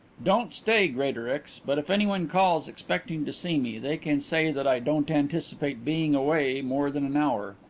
don't stay, greatorex, but if anyone calls expecting to see me, they can say that i don't anticipate being away more than an hour.